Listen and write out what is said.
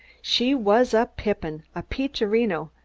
she was a pippin, a peachorino,